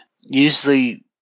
usually